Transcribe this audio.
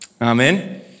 Amen